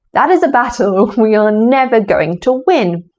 that is a battle we are never going to win.